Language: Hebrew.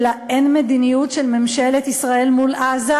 האין-מדיניות של ממשלת ישראל מול עזה,